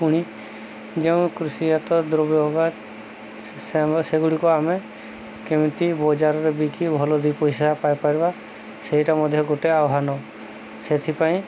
ପୁଣି ଯେଉଁ କୃଷିଜାତ ଦ୍ରବ୍ୟ ହବା ସେଗୁଡ଼ିକ ଆମେ କେମିତି ବଜାରରେ ବିକି ଭଲ ଦୁଇ ପଇସା ପାଇପାରିବା ସେଇଟା ମଧ୍ୟ ଗୋଟେ ଆହ୍ୱାନ ସେଥିପାଇଁ